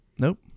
Nope